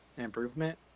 improvement